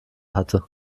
hatte